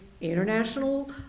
international